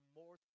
more